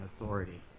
authority